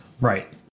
Right